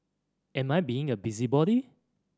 am I being a busybody